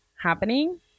happening